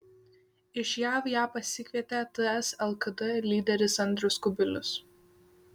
iš jav ją pasikvietė ts lkd lyderis andrius kubilius